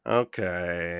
okay